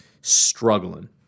struggling